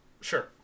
Sure